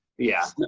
yeah.